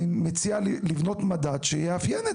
אני מציע לבנות מנדט שייאפיין את